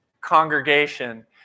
congregation